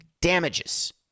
Damages